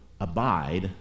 abide